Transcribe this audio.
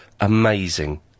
amazing